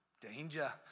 danger